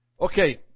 Okay